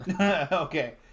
Okay